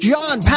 John